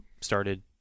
started